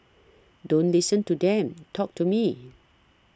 don't listen to them talk to me